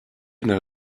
know